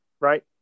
right